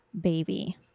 baby